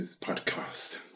podcast